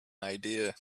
idea